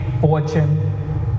fortune